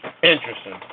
Interesting